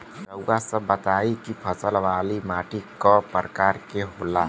रउआ सब बताई कि फसल वाली माटी क प्रकार के होला?